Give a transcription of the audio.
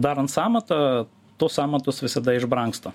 darant sąmatą tos sąmatos visada išbrangsta